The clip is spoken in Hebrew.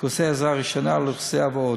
קורסי עזרה ראשונה לאוכלוסייה ועוד.